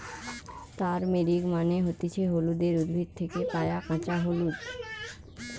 turmeric মানে হতিছে হলুদের উদ্ভিদ থেকে পায়া কাঁচা হলুদ